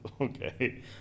okay